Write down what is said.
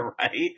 Right